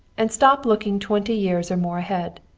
and stop looking twenty years or more ahead.